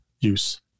use